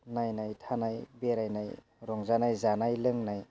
नायनाय थानाय बेरायनाय रंजानाय जानाय लोंनाय